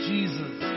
Jesus